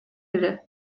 эле